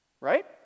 right